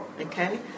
okay